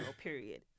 period